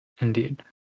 Indeed